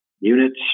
units